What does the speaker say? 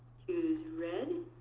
choose red.